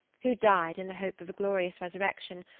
who died, in the hope of a glorious resurrection,